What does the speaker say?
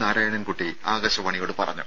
നാരായണൻകുട്ടി ആകാശവാണിയോട് പറഞ്ഞു